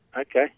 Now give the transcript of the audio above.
okay